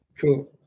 Cool